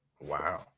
Wow